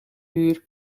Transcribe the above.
uur